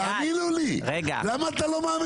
תאמינו לי, למה אתם לא מאמינים לי?